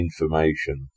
information